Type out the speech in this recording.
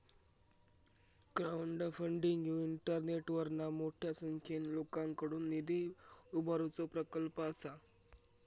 crowdfunding ह्यो इंटरनेटवरना मोठ्या संख्येन लोकांकडुन निधी उभारुचो प्रकल्प असा